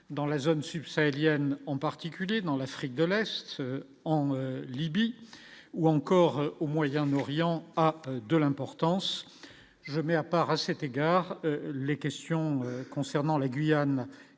dans la zone sub-sahélienne, en particulier dans l'Afrique de l'Est en Libye ou encore au Moyen-Orient a de l'importance, je mets à part à cet égard les questions concernant la Guyane